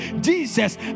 Jesus